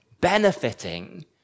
benefiting